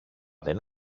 δεν